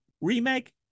remake